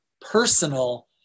personal